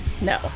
no